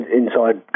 inside